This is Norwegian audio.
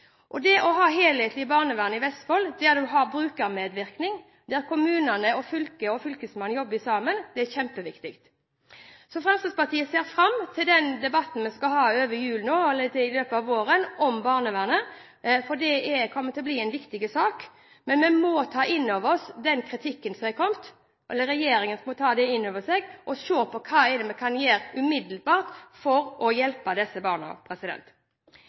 hjemmet. Det å ha et helhetlig barnevern, som i Vestfold, der du har brukermedvirkning, der kommunene og fylket og fylkesmannen jobber sammen, er kjempeviktig. Fremskrittspartiet ser fram til den debatten som vi skal ha over jul – og i løpet av våren – om barnevernet, for det kommer til å bli en viktig sak. Vi må ta inn over oss den kritikken som har kommet – og la regjeringen få ta det inn over seg – og se på hva vi kan gjøre umiddelbart for å hjelpe disse barna.